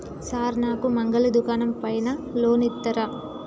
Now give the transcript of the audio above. Sir నాకు మంగలి దుకాణం పైన లోన్ ఇత్తరా?